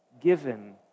given